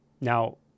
Now